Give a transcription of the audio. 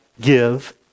give